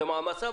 זו מעמסה?